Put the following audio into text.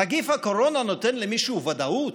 נגיף הקורונה נותן למישהו ודאות?